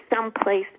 someplace